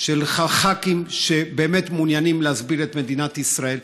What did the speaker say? ח"כים שבאמת מעוניינים להסביר את מדינת ישראל,